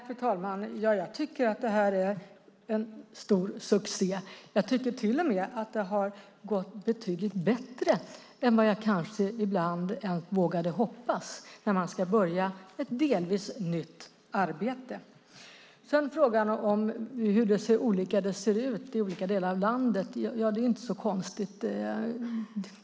Fru talman! Jag tycker att det är en stor succé. Jag tycker att det till och med har gått bättre än vad jag vågade hoppas med tanke på att det var ett delvis nytt arbete. Att det ser olika ut i olika delar av landet är inte så konstigt.